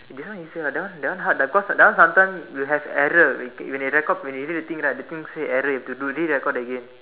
eh this one easier lah that one that one hard lah cause that one sometimes will have error wait when you record everything right that thing say error you have to re-record again